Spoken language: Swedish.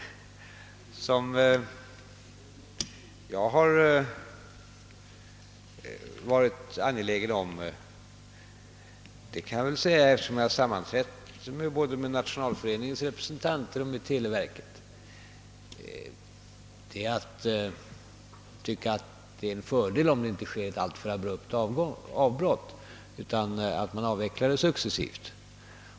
Vad jag har varit angelägen om — det kan jag säga eftersom jag har sammanträtt med representanter både från Nationalföreningen och televerket — är att avbrottet inte skulle göras alltför abrupt utan att man avvecklar verksamheten successivt.